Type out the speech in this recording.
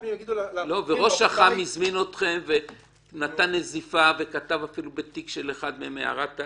וראש אח"מ הזמין אתכם ונתן נזיפה וכתב בתיק של אחד מהם הערה,